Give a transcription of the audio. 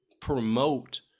promote